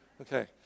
Okay